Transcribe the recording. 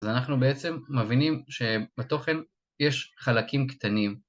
אז אנחנו בעצם מבינים שבתוכן יש חלקים קטנים